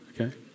okay